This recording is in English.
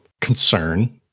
concern